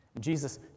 Jesus